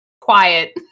Quiet